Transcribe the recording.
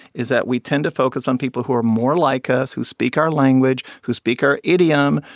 is that we tend to focus on people who are more like us, who speak our language, who speak our idiom,